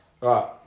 Right